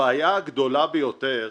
הבעיה הגדולה ביותר,